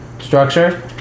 structure